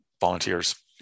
volunteers